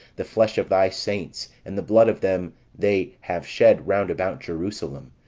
the flesh of thy saints, and the blood of them they have shed round about jerusalem,